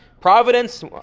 providence